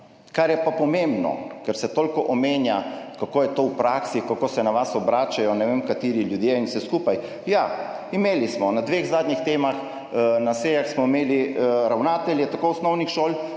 Kar je pa pomembno, ker se toliko omenja, kako je to v praksi, kako se na vas obračajo ne vem kateri ljudje in vse skupaj – ja, imeli smo pri dveh zadnjih temah na sejah ravnatelje osnovnih šol,